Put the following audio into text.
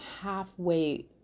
halfway